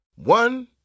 One